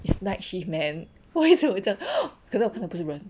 it's night shift man why is it 我这样我可能看到的不是人